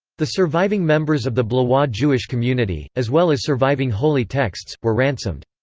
the surviving members of the blois jewish community, as well as surviving holy texts, were ransomed.